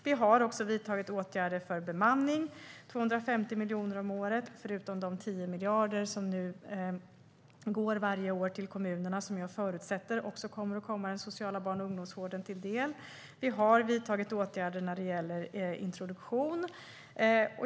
Vi har också vidtagit åtgärder för bemanning. Det är fråga om 250 miljoner kronor om året, förutom de 10 miljarder som varje år går till kommunerna, som jag förutsätter också kommer att komma den sociala barn och ungdomsvården till del. Vi har vidtagit åtgärder när det gäller introduktion.